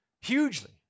Hugely